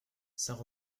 saint